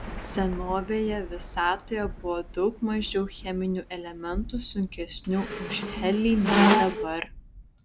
senovėje visatoje buvo daug mažiau cheminių elementų sunkesnių už helį nei dabar